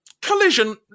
Collision